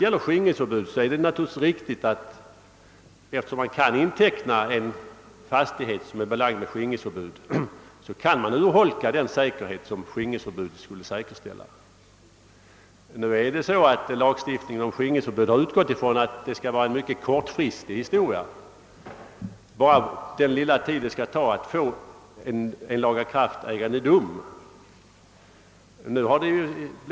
Däremot är det riktigt att man genom att inteckna en fastighet som är belagd med skingringsförbud kan urholka den säkerhet som skingringsförbudet skulle säkerställa. Nu har lagstiftningen om skingringsförbud utgått från att det är fråga om en kortfristig historia, bara för den lilla tid som det tar att få en lagakraftägande dom.